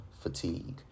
fatigue